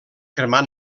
cremar